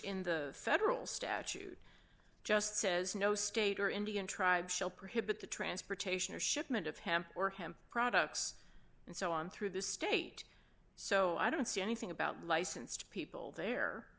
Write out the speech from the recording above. in the federal statute just says no state or indian tribes shall prohibit the transportation or shipment of hemp or hemp products and so on through the state so i don't see anything about licensed people there